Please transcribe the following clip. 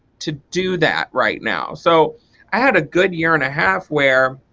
to do that right now. so i had a good year and a half where